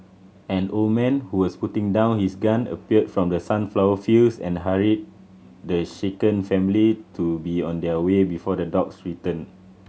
an old man who was putting down his gun appeared from the sunflower fields and hurried the shaken family to be on their way before the dogs return